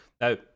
Now